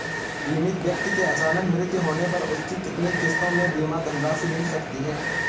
बीमित व्यक्ति के अचानक मृत्यु होने पर उसकी कितनी किश्तों में बीमा धनराशि मिल सकती है?